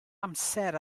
amser